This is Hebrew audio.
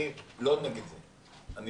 אני לא נגד זה.